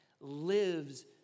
lives